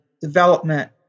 development